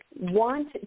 want